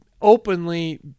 openly